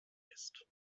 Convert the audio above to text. ist